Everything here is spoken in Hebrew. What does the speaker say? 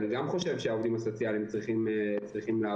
אני גם חושב שהעובדים הסוציאליים צריכים לעבוד.